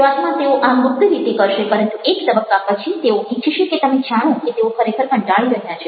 શરૂઆતમાં તેઓ આમ ગુપ્ત રીતે કરશે પરંતુ એક તબક્કા પછી તેઓ ઇચ્છશે કે તમે જાણો કે તેઓ ખરેખર કંટાળી રહ્યા છે